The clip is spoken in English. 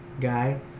guy